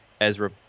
ezra